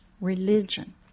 religion